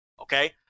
Okay